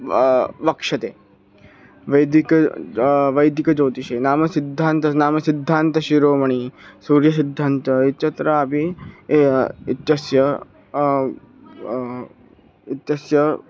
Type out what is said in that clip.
व वक्ष्यते वैदिकं वैदिकज्योतिषे नामसिद्धान्तः नामसिद्धान्तशिरोमणिः सूर्यसिद्धान्तः इत्यत्रापि इत्यस्य इत्यस्य